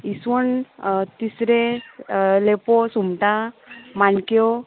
इसवण तिसरे लेपो सुंगटां माणक्यो